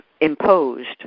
imposed